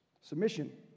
Submission